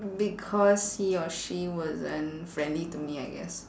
because he or she wasn't friendly to me I guess